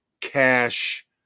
cash